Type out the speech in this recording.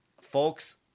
folks